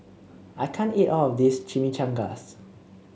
I can't eat all of this Chimichangas